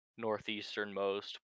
northeasternmost